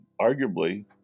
arguably